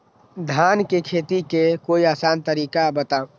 धान के खेती के कोई आसान तरिका बताउ?